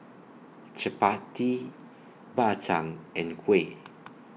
Chappati Bak Chang and Kuih